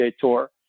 tour